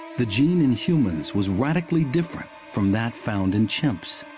the gene in humans was radically different from that found in chimps.